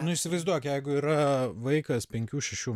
nu įsivaizduok jeigu yra vaikas penkių šešių